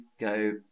go